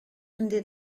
did